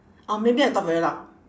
oh maybe I talk very loud